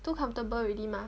too comfortable already mah